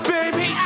Baby